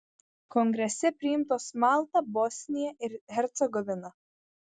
kongrese priimtos malta bosnija ir hercegovina